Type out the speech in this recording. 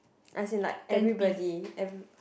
as in like everybody every